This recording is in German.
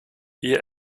ihr